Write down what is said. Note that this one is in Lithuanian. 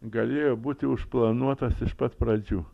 galėjo būti užplanuotas iš pat pradžių